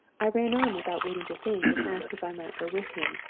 i ran on without waiting to think, and asked if i might go with him.